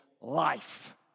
life